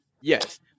yes